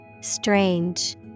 Strange